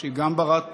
ושהיא גם בת-טיפול.